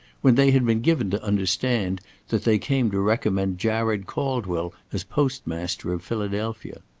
when they had been given to understand that they came to recommend jared caldwell as postmaster of philadelphia.